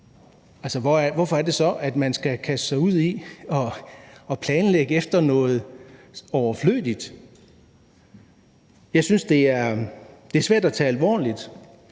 hvorfor er det så, at man skal kaste sig ud i at planlægge efter noget overflødigt? Jeg synes, det er svært at tage alvorligt.